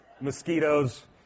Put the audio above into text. mosquitoes